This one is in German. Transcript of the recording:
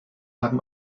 haben